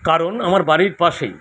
কারণ আমার বাড়ির পাশেই